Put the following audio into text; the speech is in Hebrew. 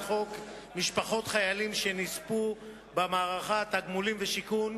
חוק משפחות חיילים שנספו במערכה (תגמולים ושיקום)